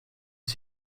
wir